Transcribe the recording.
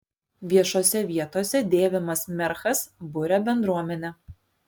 viešose vietose dėvimas merchas buria bendruomenę